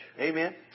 Amen